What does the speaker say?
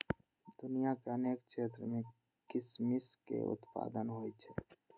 दुनिया के अनेक क्षेत्र मे किशमिश के उत्पादन होइ छै